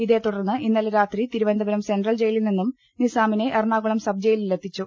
ഇതേതുടർന്ന് ഇന്നലെ രാത്രി തിരുവനന്തപുരം സെൻട്രൽ ജയിലിൽ നിന്നും നിസ്സാമിനെ എറണാകുളം സബ് ജയിലിൽ എത്തിച്ചു